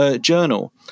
journal